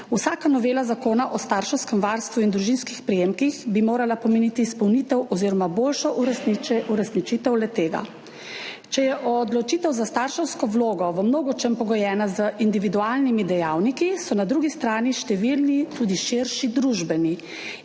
Vsaka novela Zakona o starševskem varstvu in družinskih prejemkih bi morala pomeniti izpolnitev oziroma boljšo uresničitev le-tega. Če je odločitev za starševsko vlogo v mnogočem pogojena z individualnimi dejavniki, so na drugi strani številni tudi širši družbeni